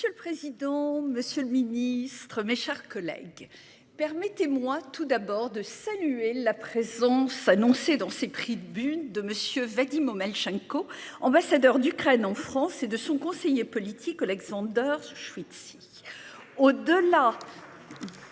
Monsieur le président, Monsieur le Ministre, mes chers collègues permettez-moi tout d'abord de saluer la présence annoncée dans ces prix de but de Monsieur Vadim Omelchenko ambassadeur d'Ukraine en France et de son conseiller politique. Olexander Schwyz. Au de là.